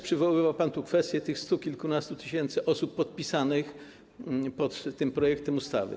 Przywoływał pan tu kwestię stu kilkunastu tysięcy osób podpisanych pod tym projektem ustawy.